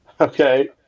Okay